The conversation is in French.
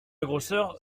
grosseur